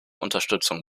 unterstützung